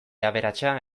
aberatsa